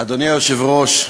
אדוני היושב-ראש,